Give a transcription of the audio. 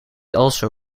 also